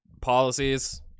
policies